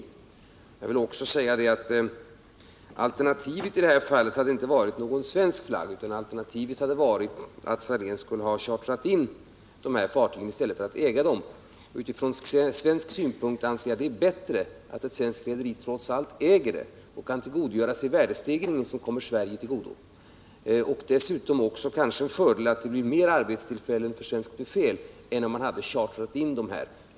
Alternativet hade i detta fall inte varit att föra fartygen under svenskt flagg, utan det hade varit att Saléns chartrat in fartygen i stället för att äga dem. Utifrån svensk synpunkt anser jag det vara bättre att ett svenskt rederi trots allt äger fartygen och att det kan tillgodogöra sig värdestegringen, som kommer Sverige till godo. Dessutom får det ses som en fördel att det blir fler arbetstillfällen för svenskt befäl genom att Saléns köpt fartygen än det hade blivit om rederiet hade chartrat in dem.